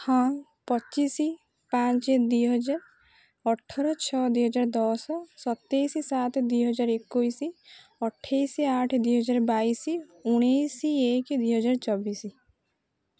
ହଁ ପଚିଶ ପାଞ୍ଚ ଦୁଇ ହଜାର ଅଠର ଛଅ ଦୁଇ ହଜାର ଦଶ ସତେଇଶ ସାତ ଦୁଇ ହଜାର ଏକୋଇଶ ଅଠେଇଶ ଆଠ ଦୁଇ ହଜାର ବାଇଶ ଉଣେଇଶ ଏକ ଦୁଇ ହଜାର ଚବିଶ